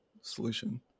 solution